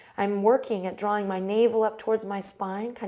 i'm working it, drawing my navel up towards my spine,